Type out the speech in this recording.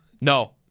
No